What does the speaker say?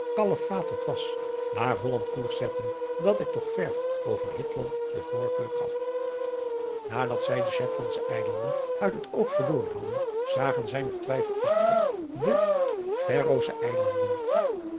was naar holland koers zetten dat ik toch ver boven hitland de voorkeur gaf nadat zij de shetlandsche eilanden uit het oog verloren hadden zagen zij nog twijfelachtig de ferrosche eilanden